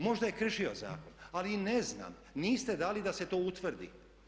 Možda je kršio zakon, ali ne znam, niste dali da se to utvrdi.